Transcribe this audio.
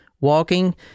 walking